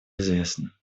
известно